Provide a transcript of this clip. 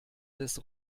des